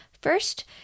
First